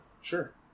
Sure